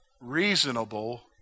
Reasonable